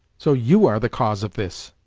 so you are the cause of this